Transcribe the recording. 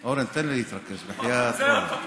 אורן, תן לי להתרכז, בחייאת אורן.